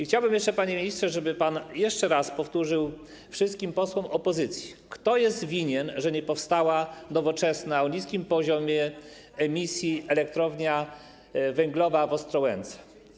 Chciałbym jeszcze, panie ministrze, żeby pan jeszcze raz powtórzył wszystkim posłom opozycji, kto jest winien tego, że nie powstała nowoczesna, o niskim poziomie emisji elektrownia węglowa w Ostrołęce.